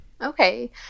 Okay